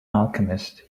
alchemist